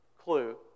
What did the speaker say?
clue